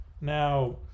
Now